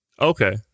Okay